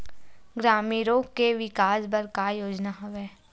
ग्रामीणों के विकास बर का योजना हवय?